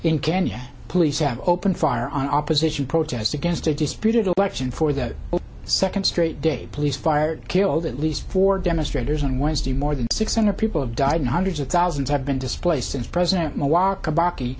in kenya police opened fire on opposition protest against a disputed election for the second straight day police fired killed at least four demonstrators on wednesday more than six hundred people have died and hundreds of thousands have been displaced since president wil